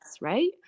right